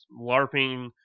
LARPing